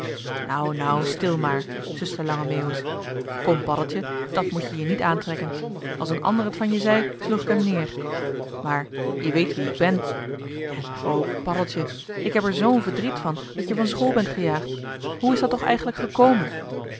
nou nou stil maar suste lange meeuwis kom paddeltje dat moet-je je niet aantrekken als een ander het van je zei sloeg ik hem neer maar je weet wie ik ben en o paddeltje ik heb er zoo'n verdriet van dat je van school bent gejaagd hoe is dat toch eigenlijk gekomen